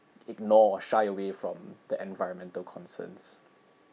ignore or shy away from the environmental concerns